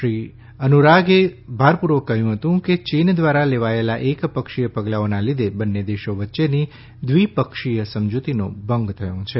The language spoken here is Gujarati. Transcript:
શ્રી અનુરાગે ભારપૂર્વક કહ્યું કે ચીન દ્રારા લેવાયેલા એકપક્ષીય પગલાઓનાં લીધે બંન્ને દેશો વચ્ચેની વ્રિપક્ષીય સમજૂતીનો ભંગ થયો છે